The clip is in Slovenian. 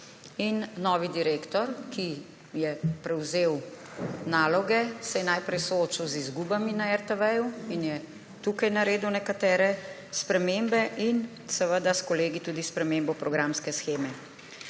Novi direktor, ki je prevzel naloge, se je najprej soočil z izgubami na RTV in je tukaj naredil nekatere spremembe in seveda s kolegi tudi spremembo programske sheme.